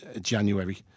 January